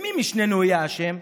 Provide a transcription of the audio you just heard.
במי משנינו יהיה האשם?